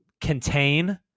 contain